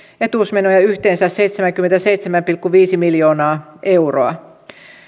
etuusmenoja yhteensä seitsemänkymmentäseitsemän pilkku viisi miljoonaa euroa